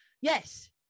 Yes